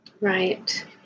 Right